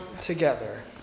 together